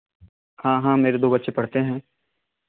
हाँ हाँ मेरे दो बच्चे पढ़ते हैं